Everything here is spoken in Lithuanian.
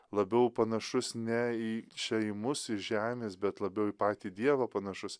labiau panašus ne į čia į mus iš žemės bet labiau į patį dievą panašus